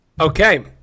Okay